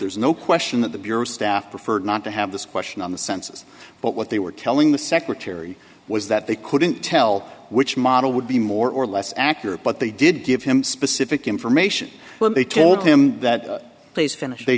there's no question that the bureau staff preferred not to have this question on the census but what they were telling the secretary was that they couldn't tell which model would be more or less accurate but they did give him specific information when they told him that please finish they